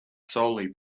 solely